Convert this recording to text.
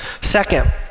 Second